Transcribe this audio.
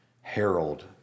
herald